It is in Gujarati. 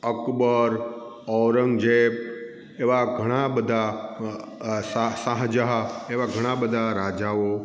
અકબર ઔરંગઝેબ એવા ઘણાં બધાં સાહ શાહજહાં એવા ઘણાં બધાં રાજાઓ